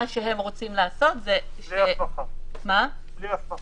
מה שהם רוצים לעשות זה --- בלי הסמכה.